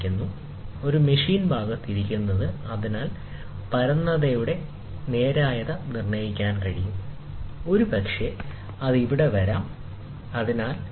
ഇതാണ് റഫറൻസ് തലം ഒരു മെഷീൻ ഭാഗത്ത് ഇരിക്കുകയാണ് ഇതിനായി പരന്നതയുടെ നേരായത നിർണ്ണയിക്കാനാകും ഒരുപക്ഷേ അത് ഇവിടെ വരാം ശരിയാകാം അതിനാൽ ആകാം